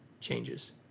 changes